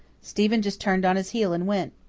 stephen just turned on his heel and went.